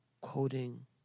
quoting